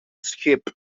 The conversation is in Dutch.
schip